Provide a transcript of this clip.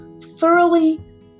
thoroughly